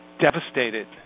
devastated